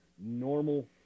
normal